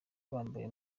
bambaye